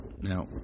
now